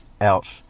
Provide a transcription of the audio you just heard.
out